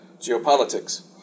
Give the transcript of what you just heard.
geopolitics